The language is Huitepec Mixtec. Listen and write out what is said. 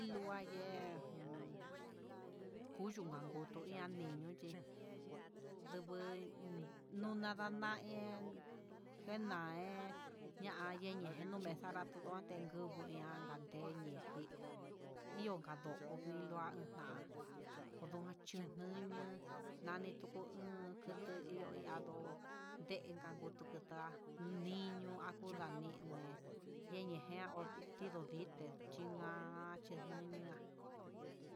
Vilu an yen kuyuu nganngutu yani yuche nduvu nuna ndanayee njena yee yeye nejan ne'e ndodote kubuu ña'a kanden ñeji ion kando vilu'á nda nduchu nuño'o, nani kutu ion kutu ihó yádo yeen kandutu ndu'á niño akuu ndaniné yenejin achin nondite xhi'a chinoño'á.